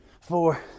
four